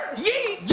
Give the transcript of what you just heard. ye